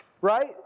right